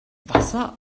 wasser